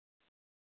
हां